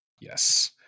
Yes